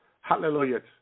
Hallelujah